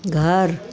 घर